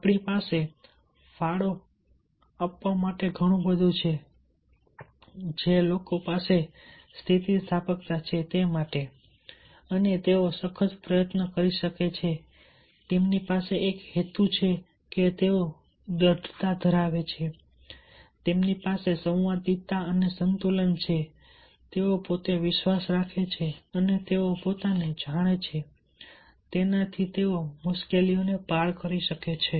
આપણી પાસે ફાળો આપવા માટે ઘણું બધું છે અને જે લોકો પાસે સ્થિતિસ્થાપકતા છે તેઓ સખત પ્રયત્ન કરી શકે છે તેમની પાસે એક હેતુ છે કે તેઓ દ્રઢતા ધરાવે છે તેમની પાસે સંવાદિતા અને સંતુલન છે તેઓ પોતે વિશ્વાસ રાખે છે અને તેઓ પોતાને જાણે છે અને તે દ્વારા તેઓ મુશ્કેલીઓને પાર કરી શકે છે